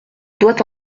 doit